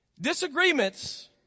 Disagreements